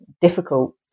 difficult